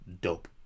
dope